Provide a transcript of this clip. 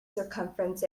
circumference